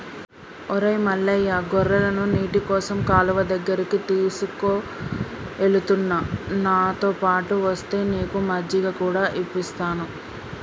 ఒరై మల్లయ్య గొర్రెలను నీటికోసం కాలువ దగ్గరికి తీసుకుఎలుతున్న నాతోపాటు ఒస్తే నీకు మజ్జిగ కూడా ఇప్పిస్తాను